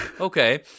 Okay